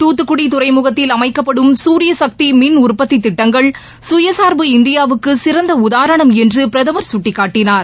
துத்துக்குடி துறைமுகத்தில் அமைக்கப்படும் சூரியசக்தி மின் உற்பத்தி திட்டங்கள் சுயசார்பு இந்தியாவுக்கு சிறந்த உதாரணம் என்று பிரதமர் குடடிகாட்டினார்